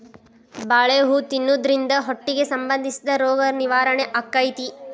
ಬಾಳೆ ಹೂ ತಿನ್ನುದ್ರಿಂದ ಹೊಟ್ಟಿಗೆ ಸಂಬಂಧಿಸಿದ ರೋಗ ನಿವಾರಣೆ ಅಕೈತಿ